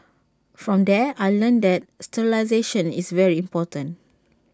from there I learnt that sterilisation is very important